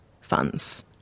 funds